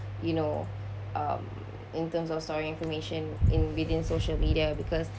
you know um in terms of storing information in within social media because